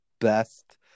best